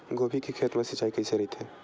गोभी के खेत मा सिंचाई कइसे रहिथे?